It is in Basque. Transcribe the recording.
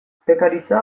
urpekaritza